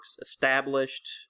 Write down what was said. established